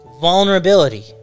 vulnerability